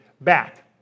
back